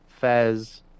Fez